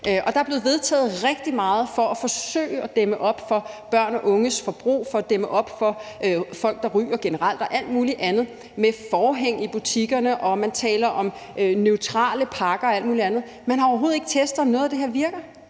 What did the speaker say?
Der er blevet vedtaget rigtig meget for at forsøge at dæmme op for børns og unges forbrug og dæmme op i forhold til folk, der ryger generelt, og alt muligt andet; man har brugt forhæng i butikkerne, og man taler om neutrale pakker og alt muligt andet. Men man har overhovedet ikke testet, om noget af det her virker.